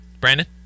Brandon